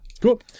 cool